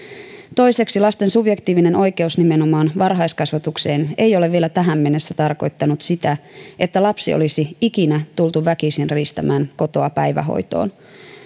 lasten subjektiivinen oikeus nimenomaan varhaiskasvatukseen ei ole vielä tähän mennessä tarkoittanut sitä että lasta olisi ikinä tultu väkisin riistämään kotoa päivähoitoon